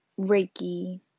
reiki